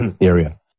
area